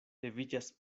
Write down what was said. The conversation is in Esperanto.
leviĝas